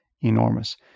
enormous